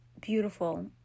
beautiful